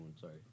sorry